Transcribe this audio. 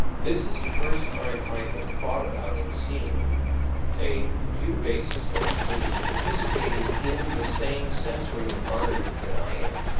this is the first time i have thought about and seen a computer-based system that was participating in the same sensory environment that i am.